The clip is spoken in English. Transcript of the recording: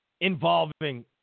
involving